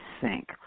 sink